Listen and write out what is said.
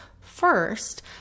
first